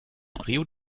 rio